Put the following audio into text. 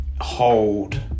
Hold